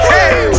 Hey